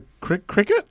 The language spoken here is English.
Cricket